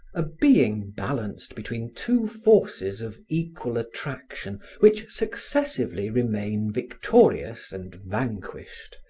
a being balanced between two forces of equal attraction which successively remain victorious and vanquished,